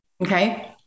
Okay